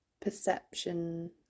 perception